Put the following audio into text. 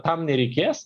tam nereikės